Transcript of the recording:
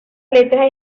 letras